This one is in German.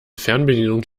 fernbedienung